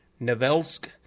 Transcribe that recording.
Novelsk